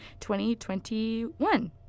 2021